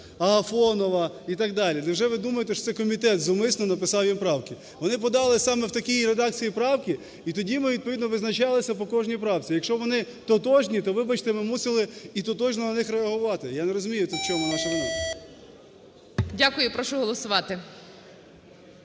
Агафонова і так далі. Невже ви думаєте, що це комітет зумисно написано їм правки? Вони подали саме в такій редакції правки, і тоді ми відповідно визначалися по кожній правці. Якщо вони тотожні, то, вибачте, ми мусили і тотожно на них і реагувати. Я не розумію тут, в чому наша вина. ГОЛОВУЮЧИЙ. Дякую. І прошу голосувати.